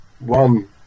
one